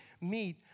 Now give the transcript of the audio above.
meet